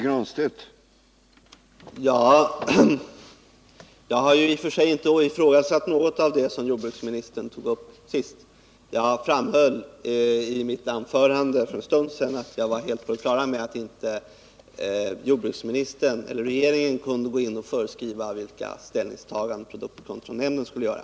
Herr talman! Jag har i och för sig inte ifrågasatt något av det som jordbruksministern sist tog upp. Jag framhöll i mitt anförande för en stund sedan att jag var helt på det klara med att varken jordbruksministern eller regeringen kan gå in och föreskriva vilka ställningstaganden produktkontrollnämnden skall göra.